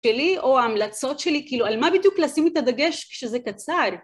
שלי או ההמלצות שלי כאילו על מה בדיוק לשים את הדגש כשזה קצר